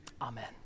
Amen